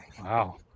Wow